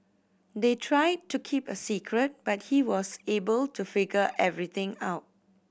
they tried to keep a secret but he was able to figure everything out